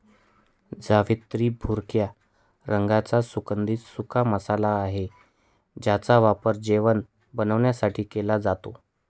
जावेत्री भुरक्या रंगाचा सुगंधित सुका मसाला आहे ज्याचा वापर जेवण बनवण्यासाठी केला जातो